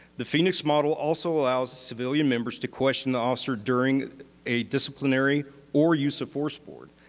the phoenix model also allows civilian members to question the officer during a disciplinary or use of force board.